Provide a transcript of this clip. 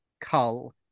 cull